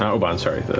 um obann, sorry,